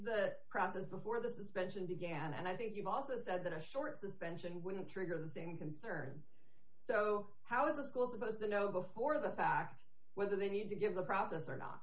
the process before the suspension began and i think you've also said that a short suspension wouldn't trigger the same concern so how is the school supposed to know before the fact whether they need to give the process or not